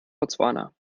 botswana